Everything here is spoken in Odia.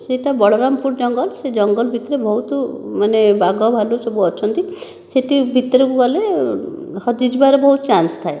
ସେଇଟା ବଳରାମ ପୁର ଜଙ୍ଗଲ ସେ ଜଙ୍ଗଲ ଭିତରେ ବହୁତ ମାନେ ବାଘ ଭାଲୁ ସବୁ ଅଛନ୍ତି ସେଇଠି ଭିତରକୁ ଗଲେ ହଜି ଯିବାର ବହୁତ ଚାନ୍ସ ଥାଏ